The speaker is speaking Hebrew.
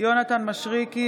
יונתן מישרקי,